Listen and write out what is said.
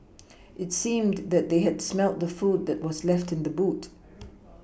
it seemed that they had smelt the food that was left in the boot